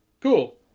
cool